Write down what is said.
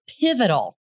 pivotal